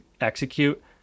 execute